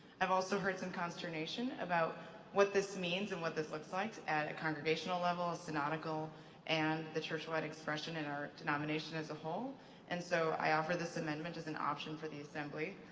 i've also heard some consternation about what this means and what this looks like at a congregational level, a synodical and the churchwide expression in our denomination as a whole and so i offer this amendment as an option for the assembly.